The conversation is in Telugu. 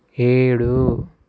ఏడు